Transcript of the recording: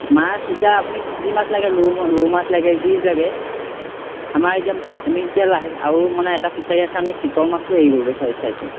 মাছ এতিয়া আপুনি যি মাছ লাগে ৰৌ ৰৌ মাছ লাগে যি লাগে আমাৰ এতিয়া আমি এতিয়া লাহেকৈ আৰু মানে এটা ফিচাৰী আছে আমি চিতল মাছো হেৰি কৰিব চাই চাইছোঁ